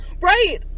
Right